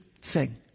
sing